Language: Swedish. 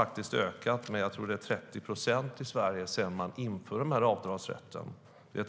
Gåvorna har ökat med 30 procent sedan avdragsrätten infördes.